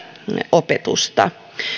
opetusta